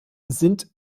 sind